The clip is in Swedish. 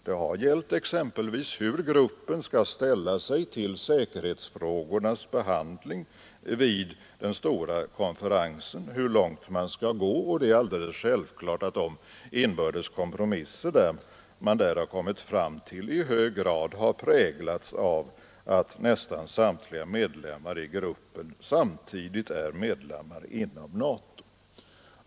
Den har t.ex. gällt hur gruppen skall ställa sig till säkerhetsfrågornas behandling vid den stora konferensen, hur långt man skall gå. Det är alldeles självklart att de inbördes kompromisser man där kommit fram till i hög grad har präglats av att nästan samtliga medlemmar i gruppen samtidigt är medlemmar av NATO.